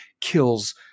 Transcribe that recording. kills